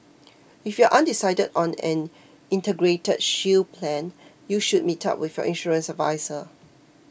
if you are undecided on an Integrated Shield Plan you should meet up with your insurance adviser